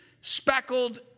speckled